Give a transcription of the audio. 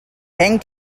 bang